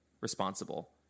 responsible